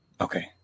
Okay